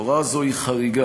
הוראה זו היא חריגה,